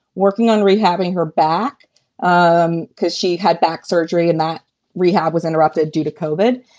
working on rehabbing her back um because she had back surgery and not rehab, was interrupted due to coalbed.